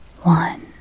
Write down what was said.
One